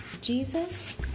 Jesus